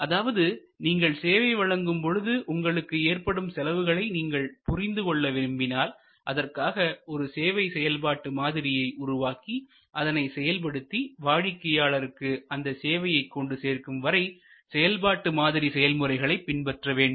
அதாவது நீங்கள் சேவை வழங்கும் பொழுது உங்களுக்கு ஏற்படும் செலவுகளை நீங்கள் புரிந்து கொள்ள விரும்பினால் அதற்காக ஒரு சேவை செயல்பாட்டு மாதிரியை உருவாக்கி அதனை செயல்படுத்தி வாடிக்கையாளருக்கு அந்த சேவையை கொண்டு சேர்க்கும் வரை செயல்பாட்டு மாதிரி செயல்முறைகளை பின்பற்ற வேண்டும்